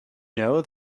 know